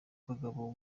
kagabo